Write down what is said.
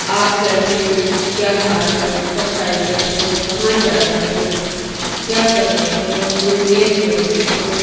آپ کیسے ہیں کیا حال ہے سب خیریت ہے کہاں جا رہے ہو کیا کر رہے ہو مجھے دیر ہو رہی ہے